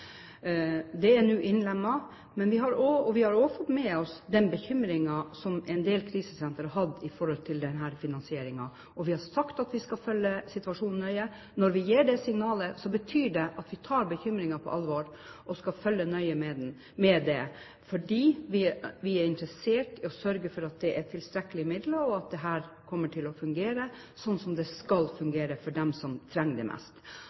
er nå innlemmet. Vi har også fått med oss den bekymringen som en del krisesentre har hatt med tanke på denne finansieringen, og vi har sagt at vi skal følge situasjonen nøye. Når vi gir det signalet, betyr det at vi tar bekymringen på alvor og vil følge nøye med, for vi er interessert i å sørge for at det er tilstrekkelige midler og at dette kommer til å fungere slik som det skal fungere for dem som trenger det mest.